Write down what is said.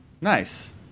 Nice